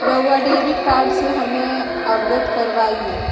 रहुआ debit card से हमें अवगत करवाआई?